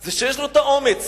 זה שיש לו האומץ